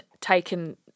taken